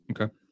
Okay